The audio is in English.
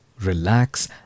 relax